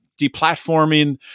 deplatforming